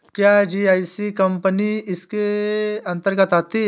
क्या GIC company इसके अन्तर्गत आती है?